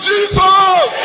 Jesus